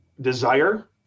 desire